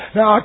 Now